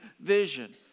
vision